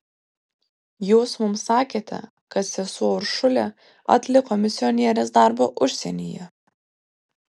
jūs mums sakėte kad sesuo uršulė atliko misionierės darbą užsienyje